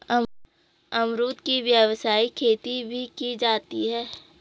अमरुद की व्यावसायिक खेती भी की जाती है